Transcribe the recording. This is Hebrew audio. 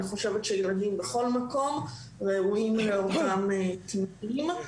חושבת שילדים בכל מקום ראויים לאותם תנאים.